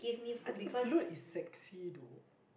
I think flute is sexy though